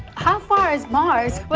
how far is mars? but